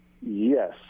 Yes